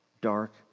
dark